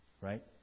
Right